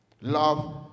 Love